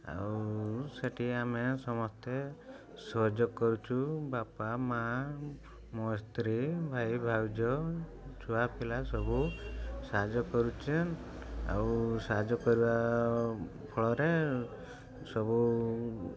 ଆଉ ସେଇଠି ଆମେ ସମସ୍ତେ ସହଯୋଗ କରୁଛୁ ବାପା ମାଆ ମୋ ସ୍ତ୍ରୀ ଭାଇ ଭାଉଜ ଛୁଆପିଲା ସବୁ ସାହାଯ୍ୟ କରୁଛେ ଆଉ ସାହାଯ୍ୟ କରିବା ଫଳରେ ସବୁ